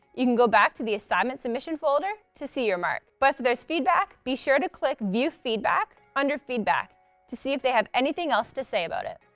you can go back to the assignment submission folder to see your mark. but if there's feedback, be sure to click view feedback under feedback to see if they have anything else to say about it.